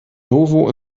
novo